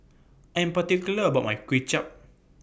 I'm particular about My Kway Chap